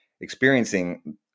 experiencing